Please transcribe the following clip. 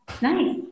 nice